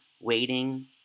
waiting